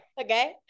okay